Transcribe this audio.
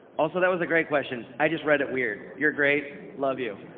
also that was a great question. i just read it weird. you're great, love you.